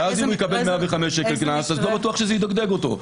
אם הוא יקבל 105 שקל קנס, לא בטוח שזה ידגדג אותו.